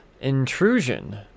Intrusion